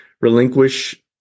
relinquish